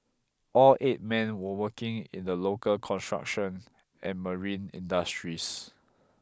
all eight men were working in the local construction and marine industries